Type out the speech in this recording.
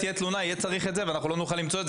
תהיה תלונה נצטרך את זה ולא נוכל למצוא את